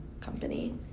company